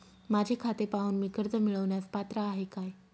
माझे खाते पाहून मी कर्ज मिळवण्यास पात्र आहे काय?